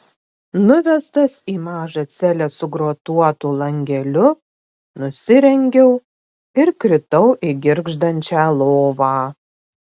nuvestas į mažą celę su grotuotu langeliu nusirengiau ir kritau į girgždančią lovą